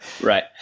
Right